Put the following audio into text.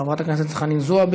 חברת הכנסת זועבי.